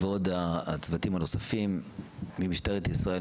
ועוד הצוותים הנוספים ממשטרת ישראל,